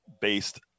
based